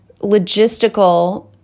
logistical